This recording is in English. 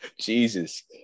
jesus